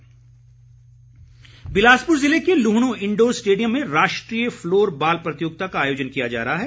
खेल मंत्री बिलासपुर ज़िले के लुहणू इंडोर स्टेडियम में राष्ट्रीय फ्लोर बॉल प्रतियोगिता का आयोजन किया जा रहा है